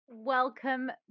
Welcome